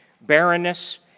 barrenness